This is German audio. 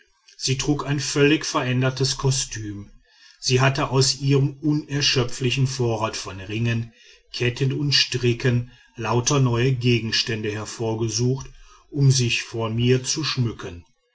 sie trug ein völlig verändertes kostüm sie hatte aus ihrem unerschöpflichen vorrat von ringen ketten und stricken lauter neue gegenstände hervorgesucht um sich vor mir zu schmücken